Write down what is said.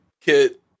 kit